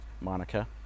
Monica